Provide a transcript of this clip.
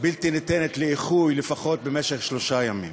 בלתי ניתנת לאיחוי, לפחות במשך שלושה ימים.